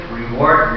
reward